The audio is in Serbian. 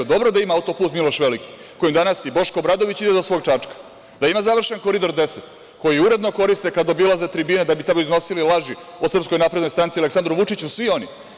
Dobro je da ima auto-put Miloš Veliki, kojim danas i Boško Obradović ide do svog Čačka, da ima završen Koridor 10, koji uredno koriste kada obilaze tribine da bi tamo iznosili laži o SNS i Aleksandru Vučiću, svi oni.